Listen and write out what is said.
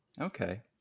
okay